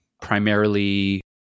primarily